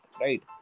right